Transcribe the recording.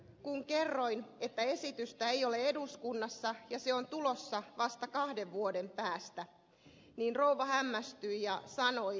kun kerroin että esitystä ei ole eduskunnassa ole ja se on tulossa vasta vuoden päästä niin rouva hämmästyi ja sanoi